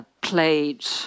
played